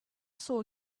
saw